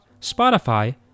Spotify